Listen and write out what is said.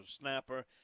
snapper